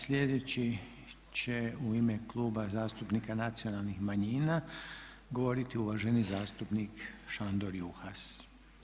Sljedeći će u ime Kluba zastupnika nacionalnih manjina govoriti uvaženi zastupnik Šandor Juhas.